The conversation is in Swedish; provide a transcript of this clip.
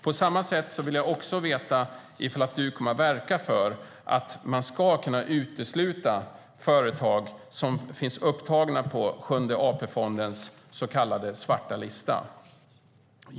På samma sätt vill jag veta om du kommer att verka för att man ska kunna utesluta företag som finns upptagna på Sjunde AP-fondens svarta lista.